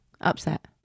upset